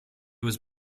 was